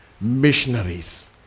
missionaries